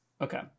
okay